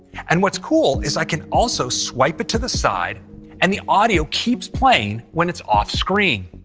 and what's cool is i can also swipe it to the side and the audio keeps playing when it's off screen.